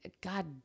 god